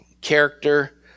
character